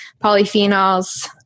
polyphenols